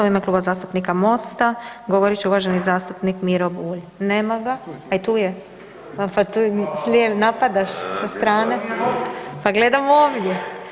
U ime Kluba zastupnika MOST-a govorit će uvaženi zastupnik Miro Bulj, nema ga, a tu je, napadaš sa strane, pa gledam ovdje.